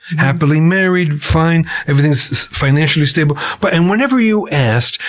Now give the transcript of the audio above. happily married, fine, everything's financially stable. but and whenever you asked,